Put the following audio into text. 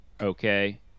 Okay